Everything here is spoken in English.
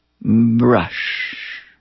brush